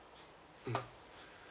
mm